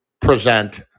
present